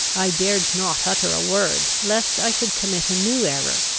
i dared not utter a word, lest i should commit a new error,